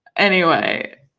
anyway,